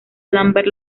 lambert